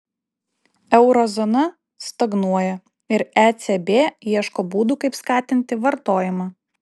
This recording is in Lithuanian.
euro zona stagnuoja ir ecb ieško būdų kaip skatinti vartojimą